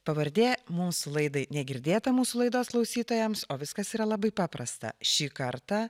pavardė mūsų laidai negirdėta mūsų laidos klausytojams o viskas yra labai paprasta šį kartą